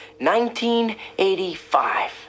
1985